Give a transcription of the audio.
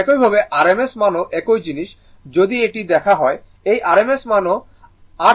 একইভাবে RMS মানও একই জিনিস যদি যদি এটি দেখা হয় এই RMS মানও এর 2√